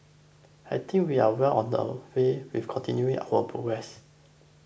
I think we are well on our way with continuing our progress